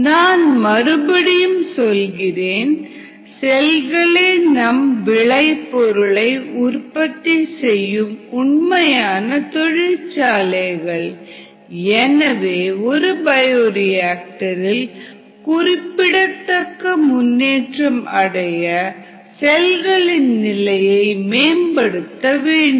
நான் மறுபடியும் சொல்கிறேன் " செல்களே நம் விளைபொருளை உற்பத்தி செய்யும் உண்மையான தொழிற்சாலைகள் எனவே ஒரு பயோரியாக்டரில் குறிப்பிடத்தக்க முன்னேற்றம் அடைய செல்களின் நிலையை மேம்படுத்த வேண்டும்